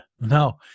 No